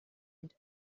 and